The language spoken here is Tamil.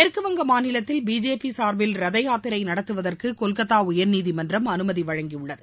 மேற்கு வங்க மாநிலத்தில் பிஜேபி சார்பில் ரத யாத்திரை நடத்துவதற்கு கொல்கத்தா உயர்நீதிமன்றம் அனுமதி வழங்கியுள்ளது